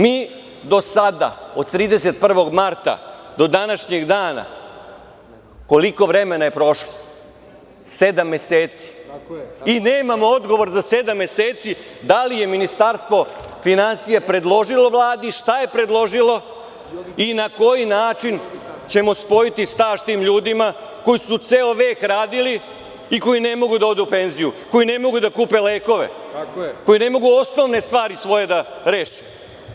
Mi do sada, od 31. marta do današnjeg dana, koliko vremena je prošlo, sedam meseci, i nemamo odgovor za sedam meseci da li je Ministarstvo finansija predložilo Vladi, šta je predložilo i na koji način ćemo spojiti staž tim ljudima koji su ceo vek radili i koji ne mogu da odu u penziju, koji ne mogu da kupe lekove, koji ne mogu svoje osnovne stvari da reše.